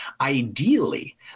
Ideally